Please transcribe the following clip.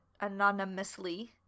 anonymously